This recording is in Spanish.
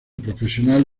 profesional